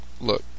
Look